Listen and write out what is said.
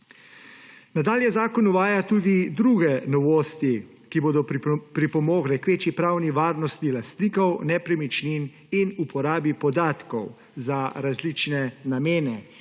Nadalje zakon uvaja tudi druge novosti, ki bodo pripomogle k večji pravni varnosti lastnikov nepremičnin in uporabi podatkov za različne namene,